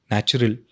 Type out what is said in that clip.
Natural